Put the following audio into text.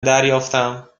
دریافتم